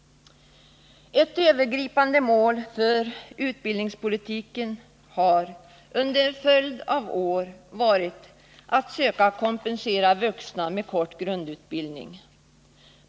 Ett övergripande mål för utbildningspolitiken har under en följd av år varit att söka kompensera vuxna med kort grundutbildning.